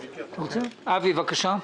אבי ניסנקורן, בבקשה.